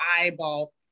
eyeball